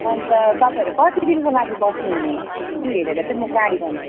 अनि त तपाईँहरू कति दिनको लागि बस्नुहुने त्यो हेरेर चाहिँ म गाडी भन्छु